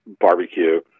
barbecue